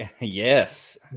Yes